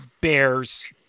bears